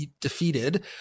defeated